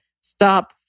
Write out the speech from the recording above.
stop